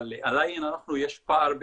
אבל עדיין יש פער,